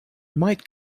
might